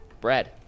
Brad